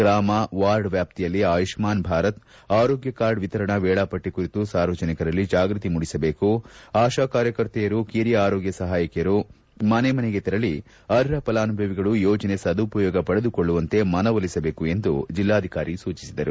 ಗ್ರಾಮ ವಾರ್ಡ್ ವ್ಯಾಪ್ತಿಯಲ್ಲಿ ಆಯುಷ್ಮಾನ್ ಭಾರತ್ ಆರೋಗ್ಯ ಕಾರ್ಡ್ ವಿತರಣಾ ವೇಳಾಪಟ್ಟಿ ಕುರಿತು ಸಾರ್ವಜನಿಕರಲ್ಲಿ ಜಾಗ್ಬತಿ ಮೂಡಿಸಬೇಕು ಆಶಾ ಕಾರ್ಯಕರ್ತೆಯರು ಕಿರಿಯ ಆರೋಗ್ಯ ಸಹಾಯಕಿಯರು ಮನೆ ಮನೆಗೆ ತೆರಳಿ ಅರ್ಹ ಫಲಾನುಭವಿಗಳು ಯೋಜನೆ ಸದುಪಯೋಗ ಪಡೆದುಕೊಳ್ಳುವಂತೆ ಮನವೊಲಿಸಬೇಕು ಎಂದು ಜಿಲ್ಲಾಧಿಕಾರಿ ಸೂಚಿಸಿದರು